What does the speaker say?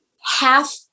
half